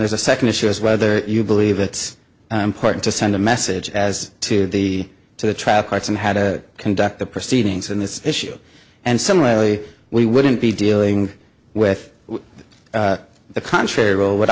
there's a second issue is whether you believe it's an important to send a message as to the to the traffic lights and how to conduct the proceedings in this issue and similarly we wouldn't be dealing with the contrary role would